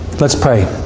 let's pray.